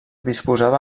disposava